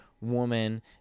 Woman